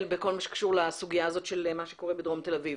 בכל מה שקשור לסוגיה הזאת של מה שקורה בדרום תל אביב.